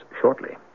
shortly